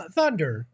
Thunder